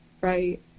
right